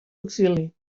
exili